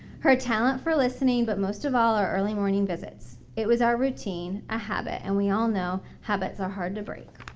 her talent for listening but most of all our early-morning visits. it was our routine a habit and we all know habits are hard to break.